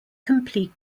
complete